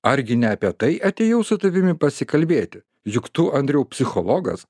argi ne apie tai atėjau su tavimi pasikalbėti juk tu andriau psichologas